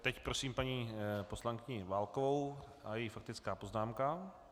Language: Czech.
Teď prosím paní poslankyni Válkovou a její faktickou poznámku.